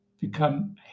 become